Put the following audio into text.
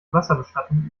wasserbestattung